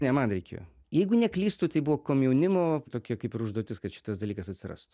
ne man reikėjo jeigu neklystu tai buvo komjaunimo tokia kaip ir užduotis kad šitas dalykas atsirastų